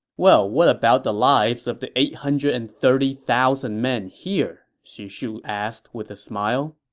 well, what about the lives of the eight hundred and thirty thousand men here? xu shu asked with a smile